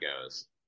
goes